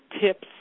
tips